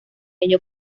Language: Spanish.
ello